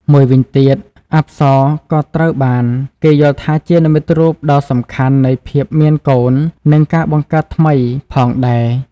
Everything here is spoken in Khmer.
មួយវិញទៀត អប្សរក៏ត្រូវបានគេយល់ថាជានិមិត្តរូបដ៏សំខាន់នៃ ភាពមានកូន និងការបង្កើតថ្មី ផងដែរ។